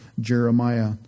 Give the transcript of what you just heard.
Jeremiah